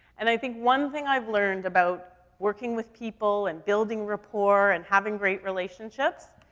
and i think one thing i've learned about working with people, and building rapport, and having great relationships,